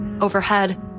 Overhead